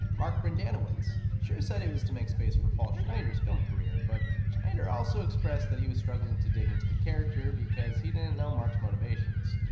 mark brendanawicz. schur said it was to make space for paul schneider's film career, but schneider also expressed that he was struggling to dig into the character because he didn't know mark's motivations.